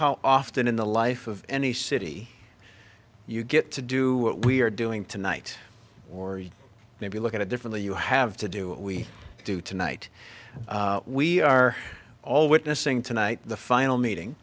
how often in the life of any city you get to do what we're doing tonight or maybe look at it differently you have to do what we do tonight we are all witnessing tonight the final meeting